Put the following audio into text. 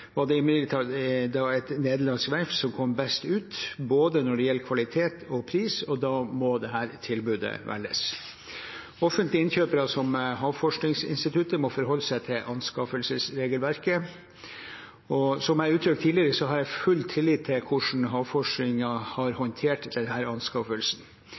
var det imidlertid et nederlandsk verft som kom best ut når det gjaldt både kvalitet og pris, og da måtte dette tilbudet velges. Offentlige innkjøpere som Havforskningsinstituttet må forholde seg til anskaffelsesregelverket. Som jeg har uttrykt tidligere, har jeg full tillit til hvordan Havforskningsinstituttet har håndtert denne anskaffelsen.